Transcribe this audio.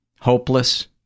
hopeless